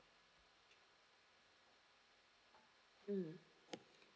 mm